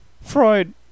Freud